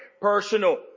personal